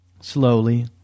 Slowly